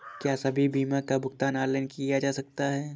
क्या सभी बीमा का भुगतान ऑनलाइन किया जा सकता है?